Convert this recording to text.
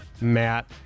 Matt